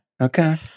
Okay